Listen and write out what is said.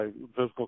physical